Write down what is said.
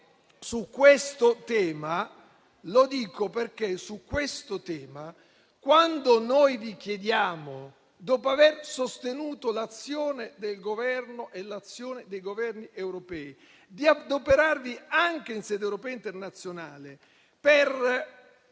ucraini e lo dico perché su questo tema, quando noi vi chiediamo, dopo aver sostenuto l'azione del Governo e l'azione dei Governi europei, di adoperarvi in sede europea e internazionale per